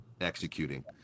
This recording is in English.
executing